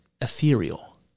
ethereal